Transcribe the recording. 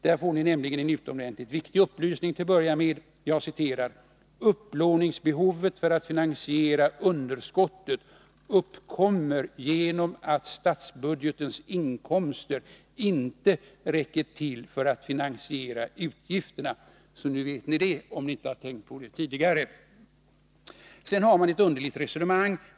Där får ni nämligen en utomordentligt viktig upplysning till att börja med: ”Upplåningsbehovet för att finansiera underskottet uppkommer genom att statsbudgetens inkomster inte räcker till för att finansiera utgifterna.” Nu vet ni det, om ni inte har tänkt på det tidigare. Sedan har man ett underligt resonemang.